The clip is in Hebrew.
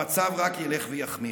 המצב רק ילך ויחמיר.